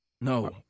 No